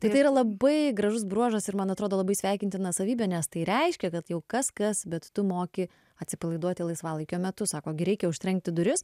tai yra labai gražus bruožas ir man atrodo labai sveikintina savybė nes tai reiškia kad jau kas kas bet tu moki atsipalaiduoti laisvalaikio metu sako gi reikia užtrenkti duris